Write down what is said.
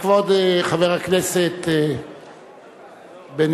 כבוד חבר הכנסת בן-אליעזר.